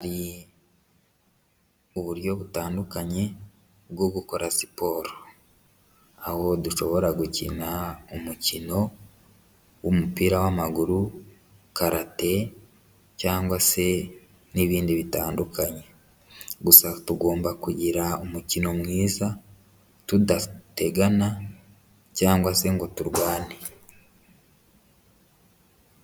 Uburyo butandukanye bwo gukora siporo aho dushobora gukina umukino w'umupira w'amaguru, karate cyangwa se n'ibindi bitandukanye. Gusa tugomba kugira umukino mwiza tudategana cyangwa se ngo turwane.